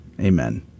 Amen